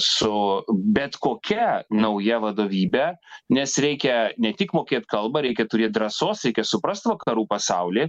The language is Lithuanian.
su bet kokia nauja vadovybe nes reikia ne tik mokėt kalbą reikia turėt drąsos reikia suprast vakarų pasaulį